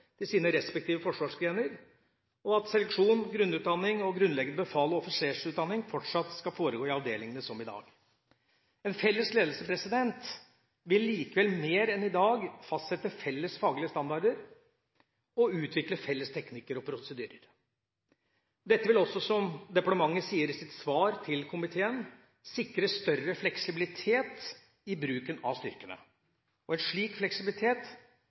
til sine respektive forsvarsgrener, og seleksjon, grunnutdanning og grunnleggende befals- og offisersutdanning skal fortsatt foregå i avdelingene, som i dag. En felles ledelse vil likevel – mer enn i dag – fastsette felles faglige standarder og utvikle felles teknikker og prosedyrer. Dette vil også, som departementet sier i sitt svar til komiteen, sikre «større fleksibilitet i bruk av styrkene». En slik fleksibilitet